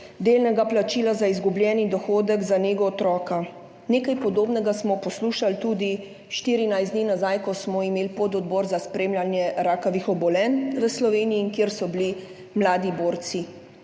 delnega plačila za izgubljeni dohodek za nego otroka. Nekaj podobnega smo poslušali tudi 14 dni nazaj, ko smo imeli pododbor za spremljanje rakavih obolenj v Sloveniji in kjer so bili mladi borci